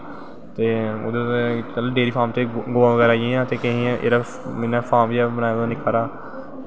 ते डंरी च गवां आई गेइयां ते एह्दा फार्म जन बनाए दा होंदा निक्का जेहा